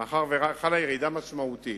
מאחר שחלה ירידה משמעותית,